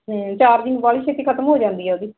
ਹੁੰ ਚਾਰਜਿੰਗ ਵਾਲੀ ਛੇਤੀ ਖਤਮ ਹੋ ਜਾਂਦੀ ਹੈ ਉਹਦੀ